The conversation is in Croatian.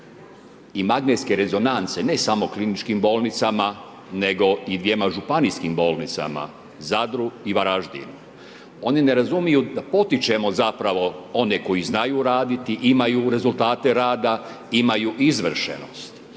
i magnetske rezonance, ne samo kliničkim bolnicama, nego i dvjema županijskim bolnicama, Zadru i Varaždin. Oni ne razumiju da potičemo zapravo one koji znaju raditi, imaju rezultate rada, imaju izvršenost.